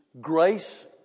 Grace